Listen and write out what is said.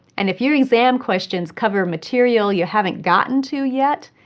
and if your exam questions cover material you haven't gotten to yet,